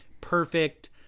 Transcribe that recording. perfect